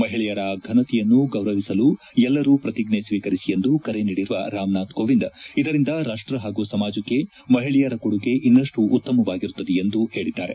ಮಹಿಳೆಯರ ಘನತೆಯನ್ನು ಗೌರವಿಸಲು ಎಲ್ಲರೂ ಪ್ರತಿಜ್ಞೆ ಸ್ವೀಕರಿಸಿ ಎಂದು ಕರೆ ನೀಡಿರುವ ರಾಮನಾಥ್ ಕೋವಿಂದ್ ಇದರಿಂದ ರಾಷ್ಟ್ ಹಾಗೂ ಸಮಾಜಕ್ಕೆ ಮಹಿಳೆಯರ ಕೊಡುಗೆ ಇನ್ನಷ್ಟು ಉತ್ತಮವಾಗಿರುತ್ತದೆ ಎಂದು ಹೇಳಿದ್ದಾರೆ